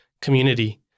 community